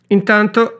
Intanto